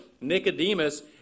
Nicodemus